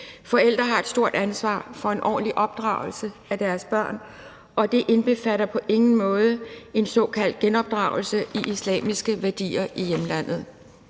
Forældre har et stort ansvar for en ordentlig opdragelse af deres børn, og det indbefatter på ingen måde en såkaldt genopdragelse i islamiske værdier i hjemlandet.